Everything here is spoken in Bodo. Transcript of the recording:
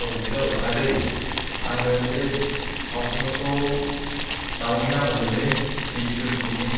अ हेलौ आदै आंनो बे सावमिन खौ दाउनि नांगौमोनलै बिस ज'नसोनि